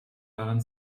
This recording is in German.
waren